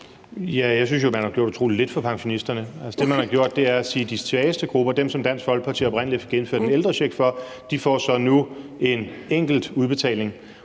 Jeg synes jo, at man har gjort utrolig lidt for pensionisterne. Altså, det, man har gjort, er at sige, at de svageste grupper, altså dem, som Dansk Folkeparti oprindelig fik indført en ældrecheck for, nu så får en enkelt udbetaling.